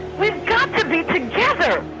we've got to be together!